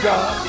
God